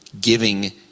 giving